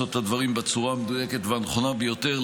את הדברים בצורה המדויקת והנכונה ביותר.